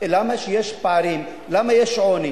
אנחנו שואלים למה יש פערים, למה יש עוני.